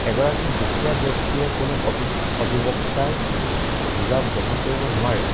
এগৰাকী দুখীয়া ব্যক্তিয়ে কোনো অধিবক্তাৰ বোজা বহন কৰিব নোৱাৰে